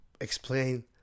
explain